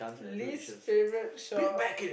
least favourite chore